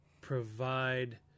provide